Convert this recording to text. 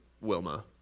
Wilma